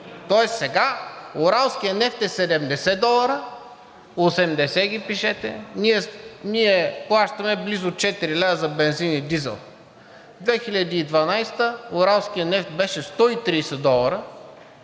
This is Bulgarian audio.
Тоест сега уралският нефт е 70 долара – 80 ги пишете, ние плащаме близо 4 лв. за бензин и дизел. През 2012 г. уралският нефт беше 130 долара,